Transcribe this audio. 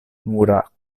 nura